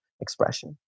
expression